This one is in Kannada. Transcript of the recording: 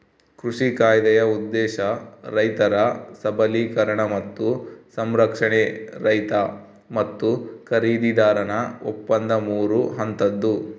ಕೃಷಿ ಕಾಯ್ದೆಯ ಉದ್ದೇಶ ರೈತರ ಸಬಲೀಕರಣ ಮತ್ತು ಸಂರಕ್ಷಣೆ ರೈತ ಮತ್ತು ಖರೀದಿದಾರನ ಒಪ್ಪಂದ ಮೂರು ಹಂತದ್ದು